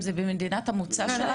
הוא במדינת המוצא שלהן?